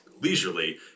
leisurely